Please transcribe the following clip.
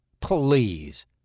Please